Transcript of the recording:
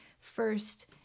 first